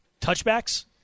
touchbacks